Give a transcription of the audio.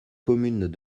communes